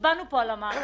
חבל על המילים,